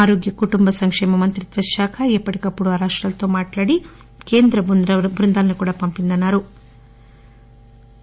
ఆరోగ్య కుటుంబ సంకేమ మంత్రిత్వ శాఖ ఎప్పటికప్పుడు ఆ రాష్రాలతో మాట్లాడి కేంద్ర బృందాలను కూడా పంపిందని ఆయన చెప్పారు